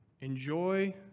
enjoy